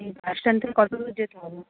bus stand থেকে কতদূর যেতে হবে